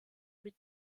mit